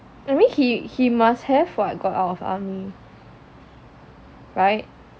I mean he he must have [what] got out of army [right]